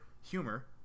humor